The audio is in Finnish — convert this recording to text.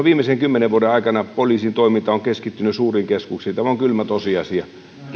viimeisen kymmenen vuoden aikana poliisin toiminta on keskittynyt suuriin keskuksiin tämä on kylmä tosiasia